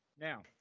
Now